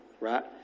right